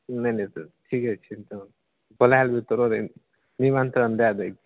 नहि ने तऽ ठिके छै तऽ बोलै ले तोहरे निमन्त्रण दै दै छिअऽ